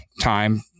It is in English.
time